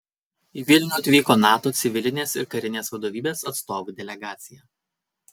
į vilnių atvyko nato civilinės ir karinės vadovybės atstovų delegacija